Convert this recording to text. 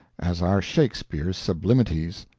as are shakespeare's sublimities.